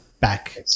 Back